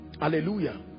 Hallelujah